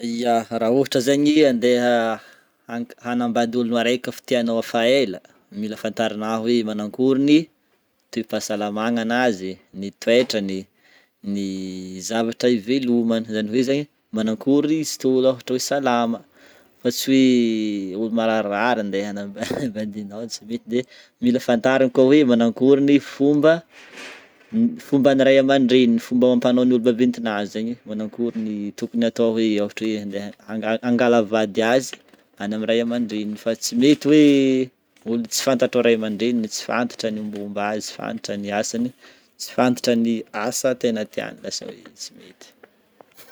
Ya raha ohatra zaigny andeha hank- hanambady olona araiky efa tianao efa ela, mila fantarinao hoe manakôry ny toe-pahasalamagnanazy, ny toetrany, ny zavatra hivelomany zany hoe zegny manakôry izy ty ôlo ohatra hoe salama, fa tsy hoe ôlo mararirary andeha hanambady anao tsy mety. De mila fantarina koa hoe manakôry ny fomba, fomban'ny ray amandreniny, fomba amampanao ny olo-maventin'azy zegny, manakôry ny tokony atao hoe ohatra hoe andeha angal- angala vady azy any amin'ny ray amandreniny fa tsy mety hoe ôlo tsy fantatrao Ray amandreniny, tsy fantatra ny mombamomba azy, tsy fantatra ny asany, tsy fantatra ny asa tegna tiany lasa hoe tsy mety.